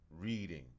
reading